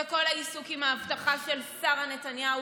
זה כל העיסוק עם האבטחה של שרה נתניהו